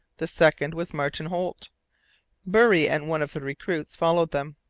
the second was martin holt burry and one of the recruits followed them.